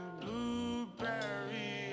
blueberry